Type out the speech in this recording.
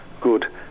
good